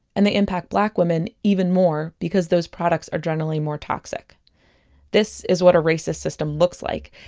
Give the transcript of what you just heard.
and they impact black women even more because those products are generally more toxic this is what a racist system looks like.